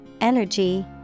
energy